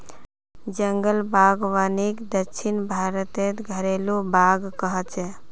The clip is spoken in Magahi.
जंगल बागवानीक दक्षिण भारतत घरेलु बाग़ कह छे